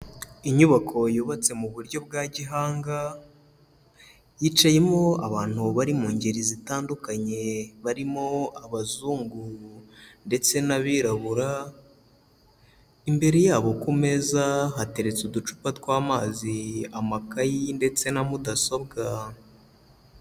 Inyubako yubatse mu buryo bwa gihanga, yicayemo abantu bari mu ngeri zitandukanye, barimo abazunguru ndetse n'abirabura, imbere yabo ku meza hateretse uducupa tw'amazi, amakayi ndetse na mudasobwa.